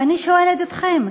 ואני שואלת אתכם,